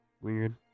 weird